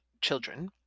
children